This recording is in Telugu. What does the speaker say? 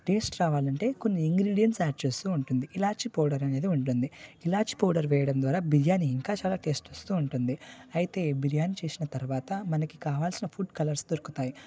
టెస్ట్ రావాలంటే కొన్ని ఇంగ్రిడియంట్స్ యాడ్ చేస్తు ఉంటుంది ఇలాచి పౌడర్ అనేది ఉంటుంది ఇలాచి పౌడర్ వేయడం ద్వారా బిర్యానీ ఇంకా చాలా టేస్ట్ వస్తు ఉంటుంది అయితే బిర్యానీ చేసిన తర్వాత మనకి కావలసిన ఫుడ్ కలర్స్ దొరుకుతాయి ఫుడ్ కలర్స్ కలిపి వేసుకోవాలి